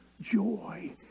joy